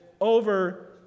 over